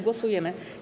Głosujemy.